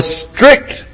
strict